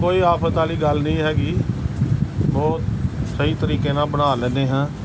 ਕੋਈ ਆਫ਼ਤ ਵਾਲੀ ਗੱਲ ਨਹੀਂ ਹੈਗੀ ਬਹੁਤ ਸਹੀ ਤਰੀਕੇ ਨਾਲ਼ ਬਣਾ ਲੈਂਦੇ ਹਾਂ